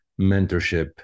mentorship